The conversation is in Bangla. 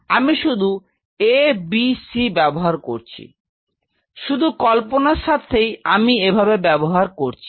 তো আমি শুধু a b c ব্যবহার করছি শুধু কল্পনার স্বার্থেই আমি এভাবে ব্যবহার করছি